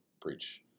preach